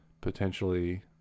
Potentially